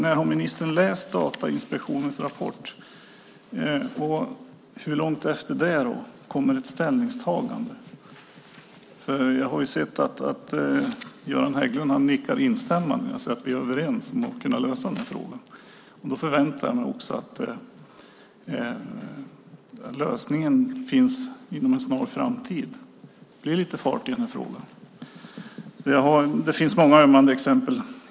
När har ministern läst Datainspektionens rapport? Hur långt senare kommer ett ställningstagande? Jag har sett att Göran Hägglund nickar instämmande. Vi är alltså överens om att lösa frågan. Då förväntar jag mig också att lösningen finns inom en snar framtid. Ge lite fart i frågan! Det finns många ömmande exempel.